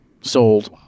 sold